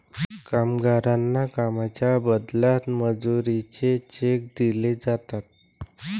कामगारांना कामाच्या बदल्यात मजुरीचे चेक दिले जातात